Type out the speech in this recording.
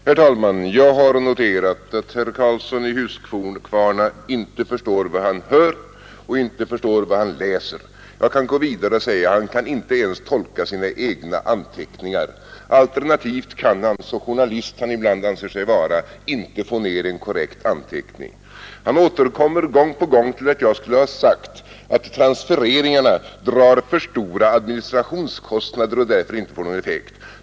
Herr talman! Jag har noterat att herr Karlsson i Huskvarna inte förstår vad han hör och inte förstår vad han läser. Jag kan gå vidare och säga: Han kan inte ens tolka sina egna anteckningar. Alternativt kan han, så journalist han ibland anser sig vara, inte få ned en korrekt anteckning. Han återkommer gång på gång till att jag skulle ha sagt att transfereringarna drar för stora administrationskostnader och därför inte får någon effekt.